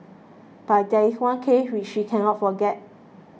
but there is one case which she cannot forget